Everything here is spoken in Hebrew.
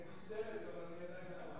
אין לי סרט, אבל אני עדיין התורן.